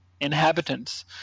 inhabitants